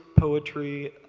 poetry,